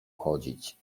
chodzić